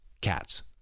cats